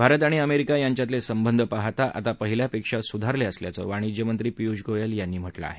भारत आणि अमेरिका यांच्यातले संबंध आता पहिल्यापेक्षा सुधारले असल्याचं वाणिज्य मंत्री पियूष गोयल यांनी म्हटलं आहे